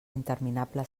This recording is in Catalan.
interminable